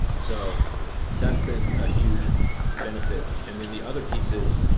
so that's been a huge benefit and then the other pieces,